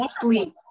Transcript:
sleep